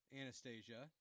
Anastasia